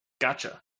Gotcha